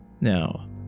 Now